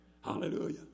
Hallelujah